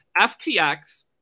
FTX